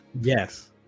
Yes